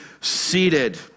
seated